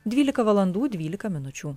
dvylika valandų dvylika minučių